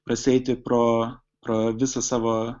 prasieiti pro pro visą savo